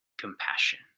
compassion